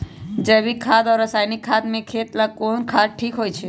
जैविक खाद और रासायनिक खाद में खेत ला कौन खाद ठीक होवैछे?